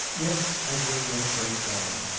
yes, i may yet break down.